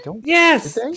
Yes